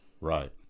right